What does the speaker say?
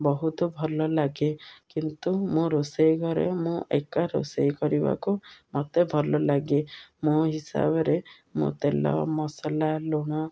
ବହୁତ ଭଲ ଲାଗେ କିନ୍ତୁ ମୋ ରୋଷେଇ ଘରେ ମୁଁ ଏକା ରୋଷେଇ କରିବାକୁ ମୋତେ ଭଲ ଲାଗେ ମୋ ହିସାବରେ ମଁ ତେଲ ମସଲା ଲୁଣ